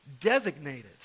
designated